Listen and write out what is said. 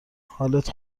حالت